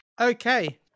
Okay